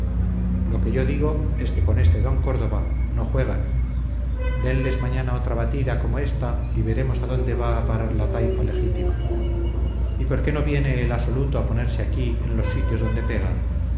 lo que yo digo es que con este d córdoba no juegan denles mañana otra batida como ésta y veremos adónde va a parar la taifa legítima y por qué no viene el asoluto a ponerse aquí en los sitios donde pegan